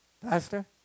Pastor